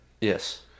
yes